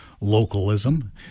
localism